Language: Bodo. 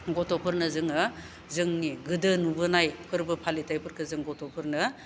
गथ'फोरनो जोङो जोंनि गोदो नुबोनाय फोरबो फालिथायफोरखो जों गथ'फोरनो